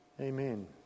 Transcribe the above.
Amen